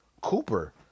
Cooper